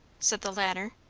said the latter.